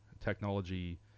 technology